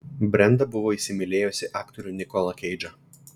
brenda buvo įsimylėjusi aktorių nikolą keidžą